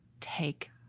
Take